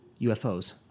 UFOs